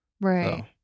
Right